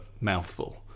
mouthful